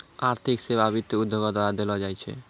आर्थिक सेबा वित्त उद्योगो द्वारा देलो जाय छै